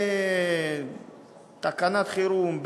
בתקנת חירום,